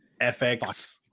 FX